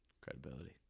Credibility